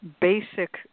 basic